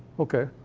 okay.